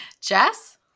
Jess